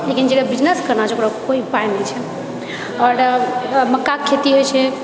लेकिन जेकरा बिजनेस करना छै ओकरा कोइ उपाए नहि छै आओर मक्काके खेती होइछेै